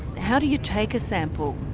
how do you take a sample?